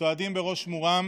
צועדים בראש מורם